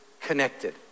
connected